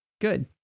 good